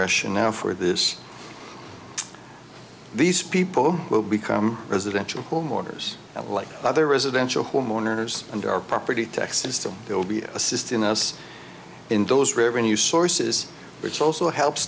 russia now for this these people will become residential home orders like other residential homeowners and our property tax system will be assisting us in those revenue sources which also helps